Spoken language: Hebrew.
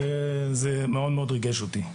זה מאוד מאוד ריגש אותי.